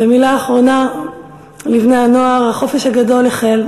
ומילה אחרונה לבני-הנוער: החופש הגדול החל,